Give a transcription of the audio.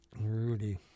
Rudy